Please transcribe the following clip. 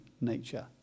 nature